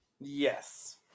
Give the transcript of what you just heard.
Yes